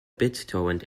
bittorrent